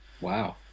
Wow